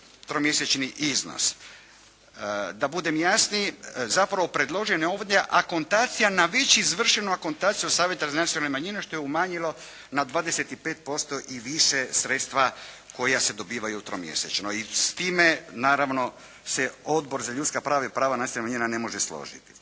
tromjesečni iznos. Da budem jasniji, zapravo predložena je ovdje akontacija na već izvršenu akontaciju od savjeta za nacionalne manjine što je umanjilo na 25% i više sredstva koja se dobivaju tromjesečno i s time naravno se Odbor za ljudska prava i prava nacionalnih manjina ne može složiti.